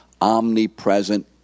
omnipresent